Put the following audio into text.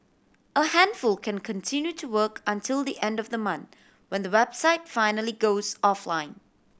a handful can continue to work until the end of the month when the website finally goes offline